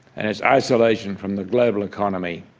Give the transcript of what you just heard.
and its isolation from the global economy,